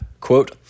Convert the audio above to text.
Quote